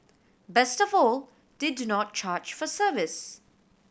best of all they do not charge for service